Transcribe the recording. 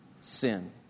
sin